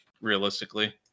realistically